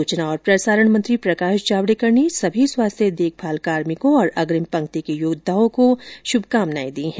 सूचना और प्रसारण मंत्री प्रकाश जावडेकर ने सभी स्वास्थ्य देखभाल कार्मिकों और अग्रिम पक्ति के योद्वाओं को शुभकामनाएं दी है